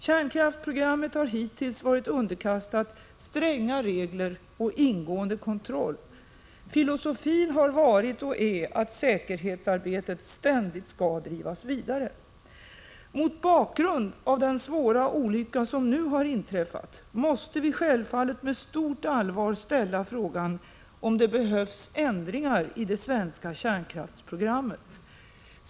Kärnkraftsprogrammet har hittills ständigt varit underkastat stränga regler och ingående kontroll. Filosofin har varit och är att säkerhetsarbetet ständigt skall drivas vidare. Mot bakgrund av den svåra olycka som nu har inträffat måste vi självfallet med stort allvar ställa frågan om det behövs ändringar i det svenska kärnkraftsprogrammet.